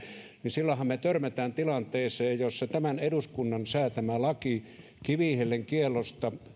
silloinhan me törmäämme tilanteeseen jossa tämän eduskunnan säätämä laki kivihiilen kiellosta